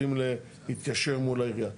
יודעים להתיישר מול העירייה.